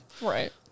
right